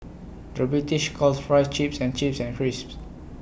the British calls Fries Chips and chips and crisps